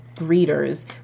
readers